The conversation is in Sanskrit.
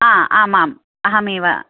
आम् आम् अहमेव